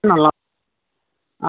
নলওঁ অঁ